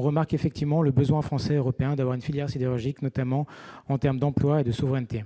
remarque effectivement le besoin français et européen d'avoir une filière sidérurgique, notamment en termes d'emplois et de souveraineté.